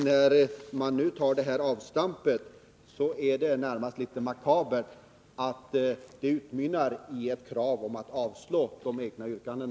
När man nu gör ett sådant här avstamp, är det nästan makabert att det hela utmynnar i krav på ett avstyrki nde av de egna förslagen.